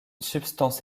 substance